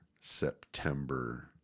September